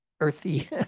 earthy